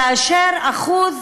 כאשר אחוז